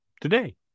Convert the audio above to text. today